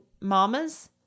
mamas